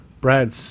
Brad